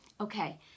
okay